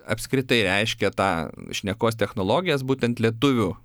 apskritai reiškia tą šnekos technologijas būtent lietuvių